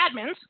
admins